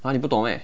!huh! 你不懂 meh